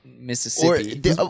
Mississippi